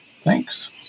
Thanks